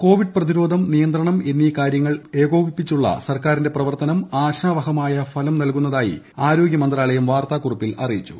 Covid പ്രതിരോധം നിയന്ത്രണം ്എന്നീ കാര്യങ്ങൾ ഏകോപിപ്പിച്ചുള്ള സർക്കാരിന്റെ പ്രവർത്തനം ആശാവഹമായ ഫലം നൽകുന്നതായി ആരോഗ്യമന്ത്രാലയം വാർത്താക്കുറിപ്പിൽ അറിയിച്ചു